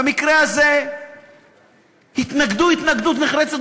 במקרה הזה התנגדו התנגדות נחרצת,